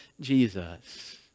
Jesus